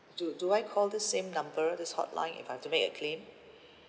do do I call this same number this hotline if I have to make a claim